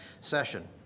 session